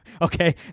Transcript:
Okay